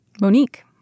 Monique